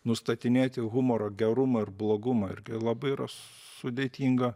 nustatinėti humoro gerumą ir blogumą irgi labai sudėtinga